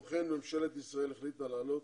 כמו כן ממשלת ישראל החליטה להעלות